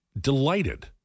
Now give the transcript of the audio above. delighted